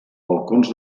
balcons